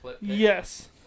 Yes